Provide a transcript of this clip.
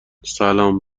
سلام